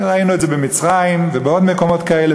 ראינו את זה במצרים ובעוד מקומות כאלה,